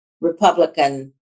Republican